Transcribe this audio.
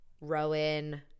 Rowan